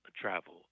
travel